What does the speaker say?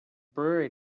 brewery